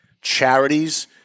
charities